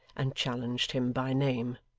and challenged him by name.